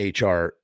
hr